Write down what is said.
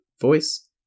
voice